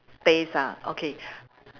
taste ah okay